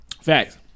Facts